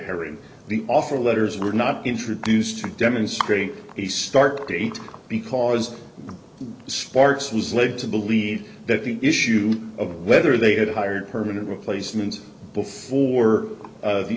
herring the offer letters were not introduced to demonstrate the start date because sparks was led to believe that the issue of whether they had hired permanent replacements before